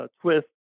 twist